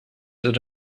that